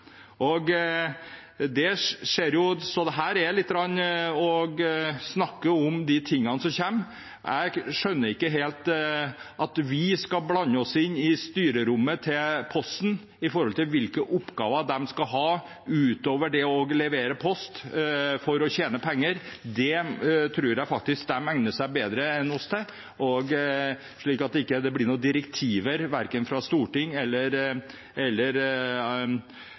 er litt å snakke om de tingene som kommer. Jeg skjønner ikke helt at vi skal blande oss inn i styrerommet til Posten når det gjelder hvilke oppgaver de skal ha utover det å levere post for å tjene penger. Det tror jeg faktisk de egner seg bedre til enn oss, slik at det ikke blir noen direktiver verken fra storting eller